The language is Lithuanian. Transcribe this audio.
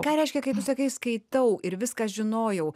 ką reiškia kai tu sakai skaitau ir viską žinojau